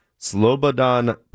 Slobodan